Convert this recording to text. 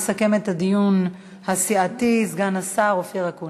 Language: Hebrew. יסכם את הדיון הסיעתי סגן השר אופיר אקוניס.